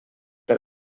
per